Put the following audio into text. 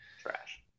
Trash